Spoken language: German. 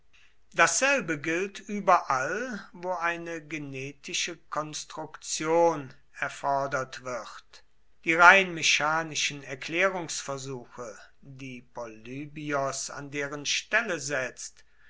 dasselbe gilt überall wo eine genetische konstruktion erfordert wird die rein mechanischen erklärungsversuche die polybios an deren stelle setzt